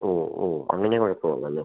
ഓ ഓ അങ്ങനെ കുഴപ്പമുള്ളു അല്ലേ